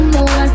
More